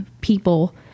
people